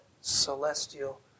celestial